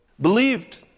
believed